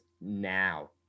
now